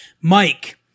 Mike